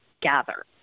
gather